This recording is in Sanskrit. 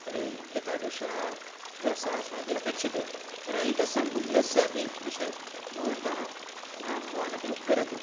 तर्हि एतादृशाव्यवस्था अस्माभिः अपेक्ष्यते तर्हि एतस्य मूल्यस्य अपि विषये भवन्तः भवानपि वदतु